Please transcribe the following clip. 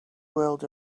world